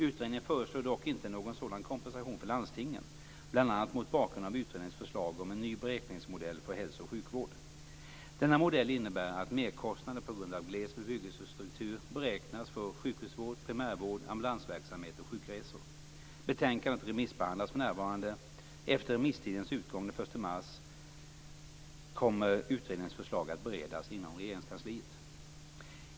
Utredningen föreslår dock inte någon sådan kompensation för landstingen, bl.a. mot bakgrund av utredningens förslag om en ny beräkningsmodell för hälso och sjukvård. Denna modell innebär att merkostnader på grund av gles bebyggelsestruktur beräknas för sjukhusvård, primärvård, ambulansverksamhet och sjukresor. Betänkandet remissbehandlas för närvarande. Efter remisstidens utgång den 1 mars kommer utredningens förslag att beredas inom Regeringskansliet.